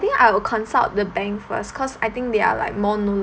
think I will consult the bank first cause I think they are like more